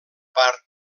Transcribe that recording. part